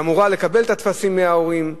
שאמורה לקבל את הטפסים מההורים,